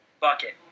Bucket